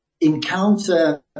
encounter